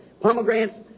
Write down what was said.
pomegranates